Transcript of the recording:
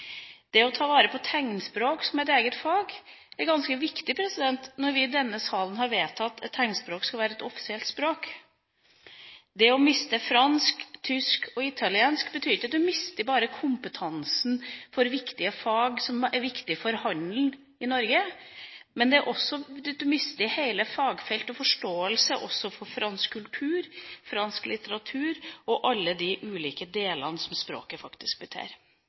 Det å ta vare på tegnspråk som et eget fag er ganske viktig når vi i denne salen har vedtatt at tegnspråk skal være et offisielt språk. Det å miste fransk, tysk og italiensk betyr ikke bare at du mister kompetansen i fag som er viktige for handelen i Norge, men du mister hele fagfelt og forståelse også for f.eks. fransk kultur, fransk litteratur og alle de ulike delene som språket faktisk